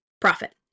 profit